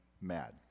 mad